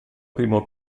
primo